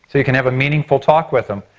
so you can have a meaningful talk with them.